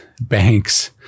banks